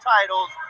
Titles